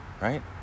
Right